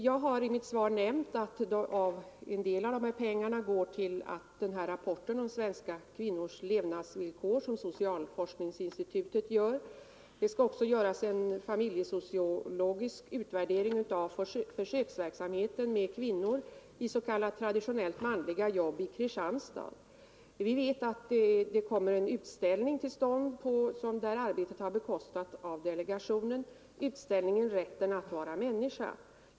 Jag har i mitt svar nämnt att en del av pengarna går till den rapport om svenska kvinnors levnadsvillkor som socialforskningsinstitutet gör. Det skall också göras en familjesociologisk utvärdering av försöksverksamheten med kvinnor i s.k. traditionellt manliga jobb i Kristianstad. Vi vet att det kommer en utställning till stånd, där arbetet har bekostats av delegationen, utställningen Rätten att vara människa.